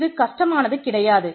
இது கஷ்டமானது கிடையாது